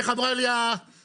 איך אמרה לי המנהלת?